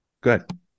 good